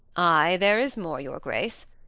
ay, there is more, your grace.